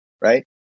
right